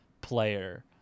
player